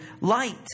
light